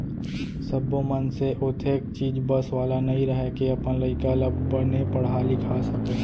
सब्बो मनसे ओतेख चीज बस वाला नइ रहय के अपन लइका ल बने पड़हा लिखा सकय